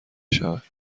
شود